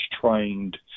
trained